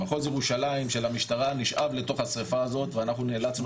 מחוז ירושלים של המשטרה נשאב לתוך השריפה הזאת ואנחנו נאלצנו